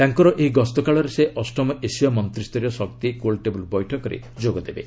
ତାଙ୍କର ଏହି ଗସ୍ତ କାଳରେ ସେ ଅଷ୍ଟମ ଏସୀୟ ମନ୍ତ୍ରିସରୀୟ ଶକ୍ତି ଗୋଲ୍ଟେବୁଲ୍ ବୈଠକରେ ଯୋଗଦେବେ